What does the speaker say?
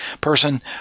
person